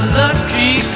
lucky